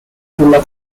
sulla